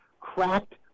cracked